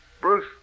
Bruce